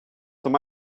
some